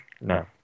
No